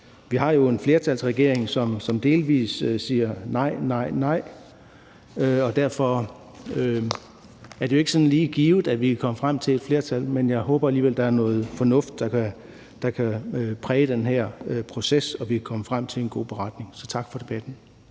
Vi har jo en flertalsregering, som delvis bare siger nej og nej, og derfor er det jo ikke sådan lige givet, at vi kan komme frem til et flertal, men jeg håber alligevel, at der er noget fornuft, der kan præge den her proces, og at vi kan komme frem til en god beretning. Så tak for debatten.